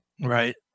Right